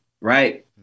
right